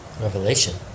Revelation